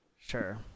Sure